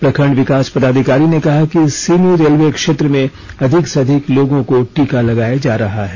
प्रखंड विकास पदाधिकारी ने कहा कि सीनी रेलवे क्षेत्र में अधिक से अधिक लोगों को टीका लगाया जा रहा है